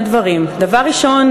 ראשון,